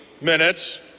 minutes